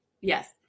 Yes